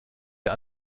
der